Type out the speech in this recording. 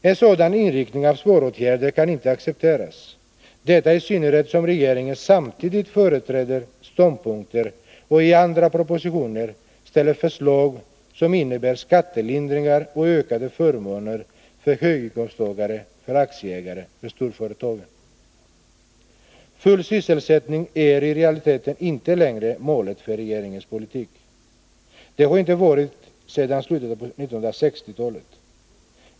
En sådan inriktning av ”sparåtgärder” kan inte accepteras — i synnerhet inte som regeringen samtidigt företräder ståndpunkter och i andra proposi Nr 41 tioner framställer förslag som innebär skattelindringar och ökade förmåner för höginkomsttagare, aktieägare och storföretag. Full sysselsättning är i realiteten inte längre målet för regeringens politik. Det har inte varit så sedan slutet av 1960-talet.